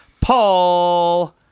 paul